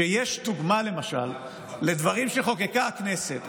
שיש דוגמה, למשל, לדברים שחוקקה הכנסת.